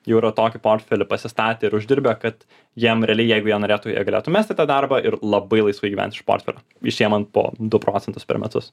jau yra tokį portfelį pasistatę ir uždirbę kad jiem realiai jeigu jie norėtų jie galėtų mesti tą darbą ir labai laisvai gyvent iš portfelio išsiemant po du procentus per metus